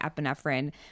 epinephrine